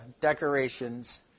decorations